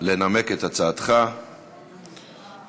לנמק את הצעתך המוצמדת.